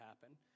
happen